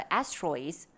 asteroids